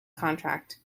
contract